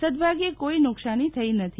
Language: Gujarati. સદભાગ્યે કોઈ નુકશાની થઇ નથી